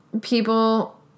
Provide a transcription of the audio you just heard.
people